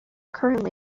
currently